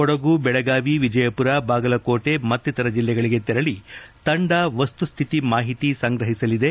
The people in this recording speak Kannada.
ಕೊಡಗು ಬೆಳಗಾವಿ ವಿಜಯಪುರ ಬಾಗಲಕೋಟೆ ಮತ್ತಿತರ ಜಿಲ್ಲೆಗಳಿಗೆ ತೆರಳಿ ವಸ್ತುಸ್ಥಿತಿ ಮಾಹಿತಿ ಸಂಗ್ರಹಿಸಲಿದೆ